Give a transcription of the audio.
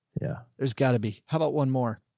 yeah, there's got to be, how about one more?